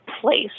place